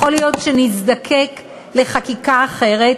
יכול להיות שנזדקק לחקיקה אחרת,